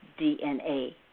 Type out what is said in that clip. DNA